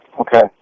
Okay